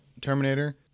Terminator